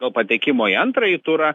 to patekimo į antrąjį turą